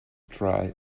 try